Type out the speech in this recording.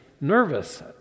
nervous